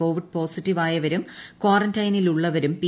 Covid പോസിറ്റീവായവരും കാറന്റൈനിലുള്ളവരും P